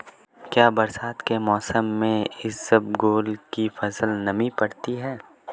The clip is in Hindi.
क्या बरसात के मौसम में इसबगोल की फसल नमी पकड़ती है?